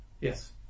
Yes